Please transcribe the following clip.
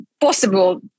possible